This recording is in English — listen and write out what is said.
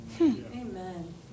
Amen